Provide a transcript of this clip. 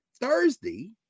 Thursday